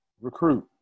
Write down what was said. recruit